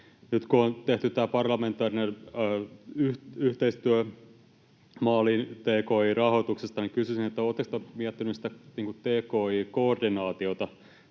Nyt kun on tehty tämä parlamentaarinen yhteistyö tki-rahoituksesta maaliin, kysyisin, oletteko miettineet tki-koordinaatiota